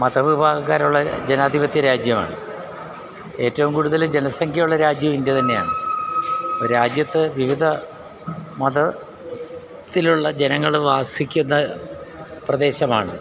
മതവിഭാഗക്കാരുള്ള ജനാധിപത്യരാജ്യമാണ് ഏറ്റവും കൂടുതൽ ജനസംഖ്യയുള്ള രാജ്യവും ഇന്ത്യ തന്നെയാണ് രാജ്യത്ത് വിവിധ മതത്തിലുള്ള ജനങ്ങൾ വസിക്കുന്ന പ്രദേശമാണ്